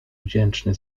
wdzięczny